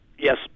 Yes